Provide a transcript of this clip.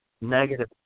negative